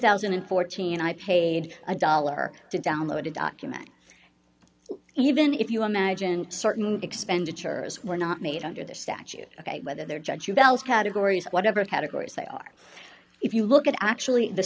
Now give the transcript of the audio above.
thousand and fourteen i paid a dollar to download a document even if you imagine certain expenditures were not made under the statute whether they're judge you belz categories or whatever categories they are if you look at actually the